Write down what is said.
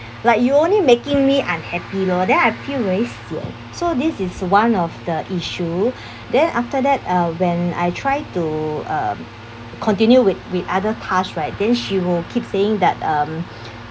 like you only making me unhappy lor then I feel very sian so this is one of the issue then after that uh when I try to um continue with with other task right then she will keep saying that um